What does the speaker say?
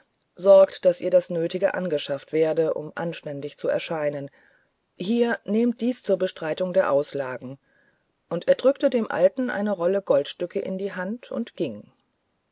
sorgt daß ihr das nötige angeschafft werde um anständig zu erscheinen hier nehmt dies zur bestreitung der auslagen und er drückte dem alten eine rolle goldstücke in die hand und ging